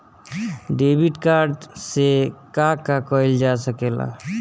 Debit card से का का कइल जा सके ला?